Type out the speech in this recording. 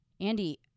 Andy